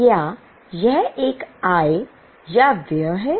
क्या यह एक आय या व्यय है